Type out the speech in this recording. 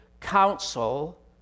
council